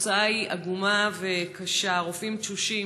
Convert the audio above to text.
התוצאה היא עגומה וקשה: הרופאים תשושים,